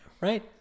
right